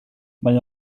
mae